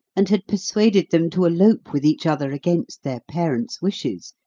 and had persuaded them to elope with each other against their parents' wishes,